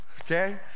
okay